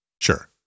Sure